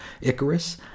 Icarus